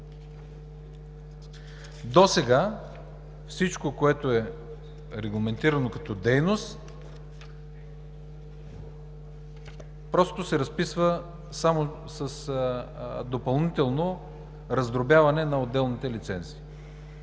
Досега всичко, което е регламентирано като дейност, просто се разписва само с допълнително раздробяване на отделните лицензи.